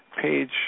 page